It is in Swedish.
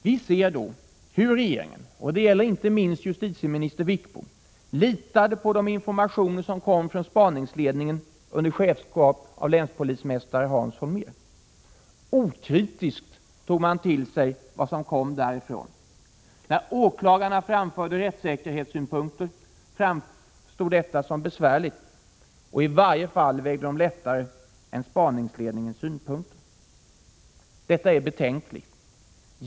Vi ser då hur regeringen — och det gäller inte inst justitieminister Sten Wickbom -— litade på de informationer som kom från spaningsledningen under chefskap av länspolismästare Hans Holmér. Okritiskt tog man till sig vad som kom därifrån. När åklagarna anförde rättssäkerhetssynpunkter framstod detta som besvärligt, och i varje fall vägde det lättare än spaningsledningens synpunkter. Detta är betänkligt.